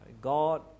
God